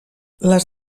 les